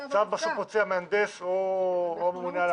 צו בסוף מוציא המהנדס או ממונה על ה